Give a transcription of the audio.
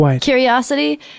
curiosity